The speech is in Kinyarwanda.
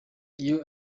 iyo